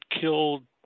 killed